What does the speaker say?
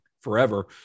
forever